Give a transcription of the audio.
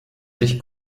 sich